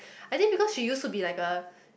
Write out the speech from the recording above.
I think because she use to be like a